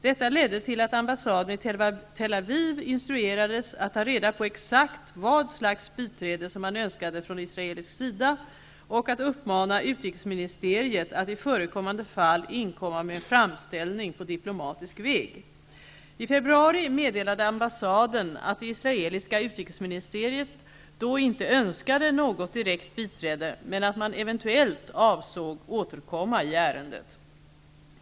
Detta ledde till att ambassaden i Tel Aviv instruerades att ta reda på exakt vad slags biträde man önskade från israelisk sida och att uppmana utrikesministeriet att i förekommande fall inkomma med en framställning på diplomatisk väg. I februari meddelade ambassaden att det israeliska utrikesministeriet då inte önskade något direkt biträde men att man eventuellt avsåg att återkomma i ärendet.